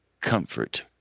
comfort